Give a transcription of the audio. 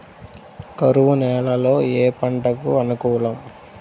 కరువు నేలలో ఏ పంటకు అనుకూలం?